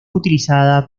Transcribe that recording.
utilizada